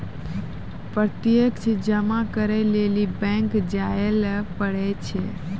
प्रत्यक्ष जमा करै लेली बैंक जायल पड़ै छै